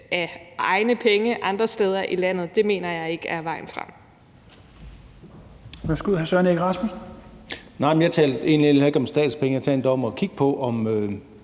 med egne penge andre steder i landet, mener jeg ikke er vejen frem.